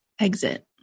exit